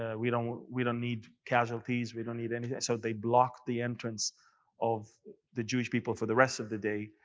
ah we don't we don't need casualties. we don't need anything. so they blocked the entrance of the jewish people for the rest of the day.